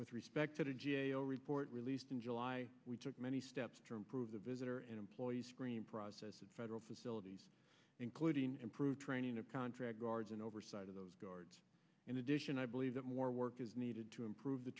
with respect to the g a o report released in july we took many steps to improve the visitor and employees screening process at federal facilities including improved training of contract guards and oversight of those guards in addition i believe that more work is needed to improve the